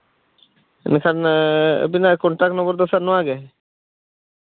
ᱮᱱᱠᱷᱟᱱ ᱟᱹᱵᱤᱱᱟᱜ contact number ᱫᱚ ᱥᱟᱨ ᱱᱚᱣᱟᱜᱮ